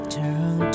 turn